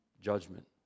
judgment